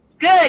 good